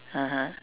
(uh huh)